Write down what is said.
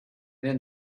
then